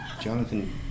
Jonathan